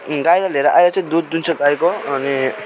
गाईलाई लिएर आइहाल्छ दुध दुन्छ गाईको अनि